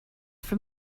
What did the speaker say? from